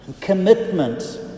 commitment